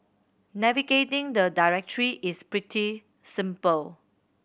navigating the directory is pretty simple